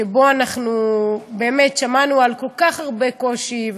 שבו אנחנו באמת שמענו על כל כך הרבה קושי,